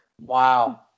Wow